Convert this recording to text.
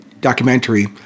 documentary